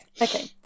Okay